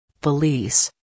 police